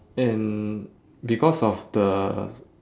and because of the